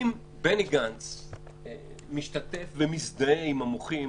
אם בני גנץ משתתף ומזדהה עם המוחים,